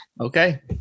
Okay